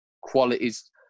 qualities